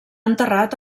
enterrat